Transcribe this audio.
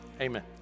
Amen